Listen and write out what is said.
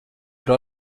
par